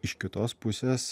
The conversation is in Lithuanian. iš kitos pusės